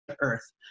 Earth